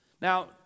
Now